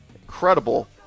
Incredible